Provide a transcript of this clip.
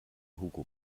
hugo